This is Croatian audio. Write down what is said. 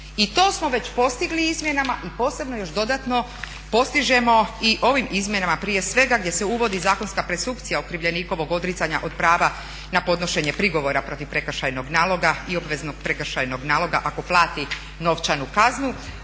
I to smo već postigli izmjenama i posebno još dodatno postižemo i ovim izmjenama prije svega gdje se uvodi zakonska presumpcija okrivljenikovog odricanja od prava na podnošenje prigovora protiv prekršajnog naloga i obveznog prekršajnog naloga ako plati novčanu kaznu,